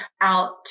out